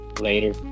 later